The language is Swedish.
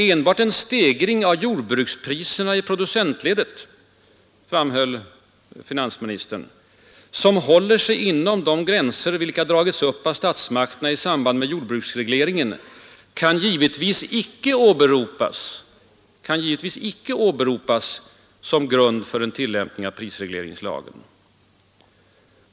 Enbart en stegring av jordbrukspriserna i producentledet, framhöll han, ”som håller sig inom de gränser vilka dragits upp av statsmakterna i samband med jordbruksregleringen kan givetvis icke åberopas som grund för en tillämpning av prisregleringslagen”.